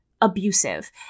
abusive